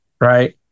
right